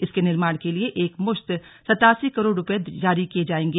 इसके निर्माण के लिए एकमुश्त सत्तासी करोड़ रुपये जारी किये गये हैं